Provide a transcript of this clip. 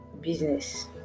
business